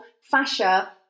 fascia